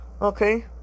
okay